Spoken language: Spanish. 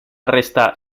resta